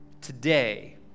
today